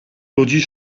ludzi